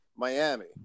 Miami